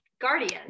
Guardian